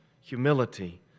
humility